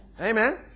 Amen